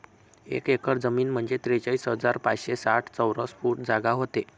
एक एकर जमीन म्हंजे त्रेचाळीस हजार पाचशे साठ चौरस फूट जागा व्हते